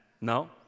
No